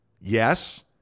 Yes